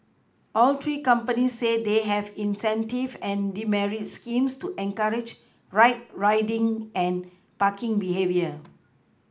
all three companies say they have incentive and deMerit schemes to encourage right riding and parking behaviour